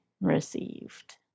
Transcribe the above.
received